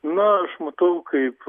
na aš matau kaip